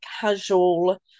casual